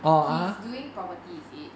he's doing properties is it